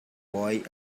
boy